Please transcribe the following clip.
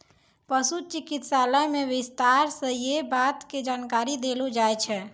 पशु चिकित्सालय मॅ विस्तार स यै बात के जानकारी देलो जाय छै